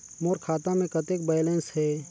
मोर खाता मे कतेक बैलेंस हे?